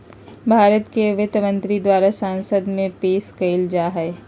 भारत के वित्त मंत्री द्वारा संसद में पेश कइल जा हइ